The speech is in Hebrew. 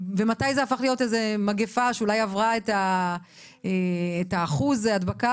ומתי זה הפך להיות מגפה שאולי עברה את מקדם ההדבקה,